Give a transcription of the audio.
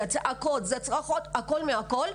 זה הצעקות והצרחות והכול מהכול.